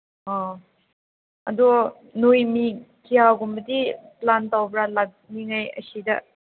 ꯑꯧ ꯑꯗꯨ ꯅꯣꯏ ꯃꯤ ꯀꯌꯥꯒꯨꯝꯕꯗꯤ ꯄ꯭ꯂꯥꯟ ꯇꯧꯕ꯭ꯔꯥ ꯂꯥꯛꯃꯤꯅꯩ ꯑꯁꯤꯗ